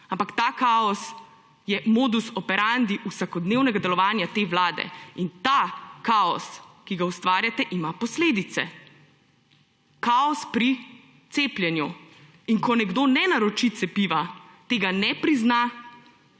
ampak ta kaos je modus operandi vsakodnevnega delovanja te vlade. Ta kaos, ki ga ustvarjate, ima posledice – kaos pri cepljenju. In ko nekdo ne naroči cepiva, tega ne prizna,